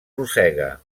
rosega